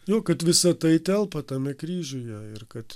nu kad visa tai telpa tame kryžiuje ir kad